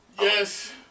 Yes